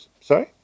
Sorry